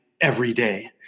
everyday